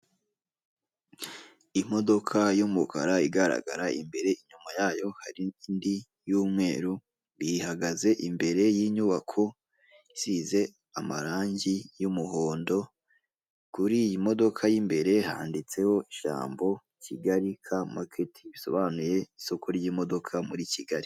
Imodoka y'umukara igaragara imbere, inyuma yayo hari indi y'umweru iyihagaze imbere y'inyubako isize amarangi y'umuhondo, kuri iyi modoka y'imbere handitseho ijambo Kigali ka maketi risobanuye isoko ry'imodoka muri kigali.